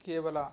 ಕೇವಲ